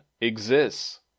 exists